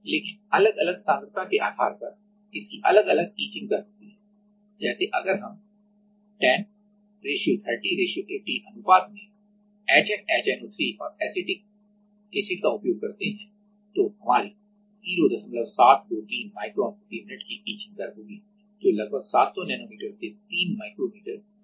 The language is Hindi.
लेकिन अलग अलग सांद्रता के आधार पर इसकी अलग अलग इचिंग दर होती है जैसे अगर हम 10 30 80 अनुपात में HF HNO3 और एसिटिक एसिड का उपयोग करते हैं तो हमारी 0723 माइक्रोन प्रति मिनट की इचिंग दर होगी जो लगभग 700 नैनोमीटर से 3 माइक्रोमीटर प्रति मिनट होगी